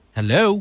Hello